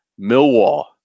Millwall